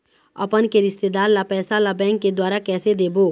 अपन के रिश्तेदार ला पैसा ला बैंक के द्वारा कैसे देबो?